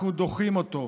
אנחנו דוחים אותו.